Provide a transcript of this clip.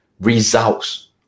results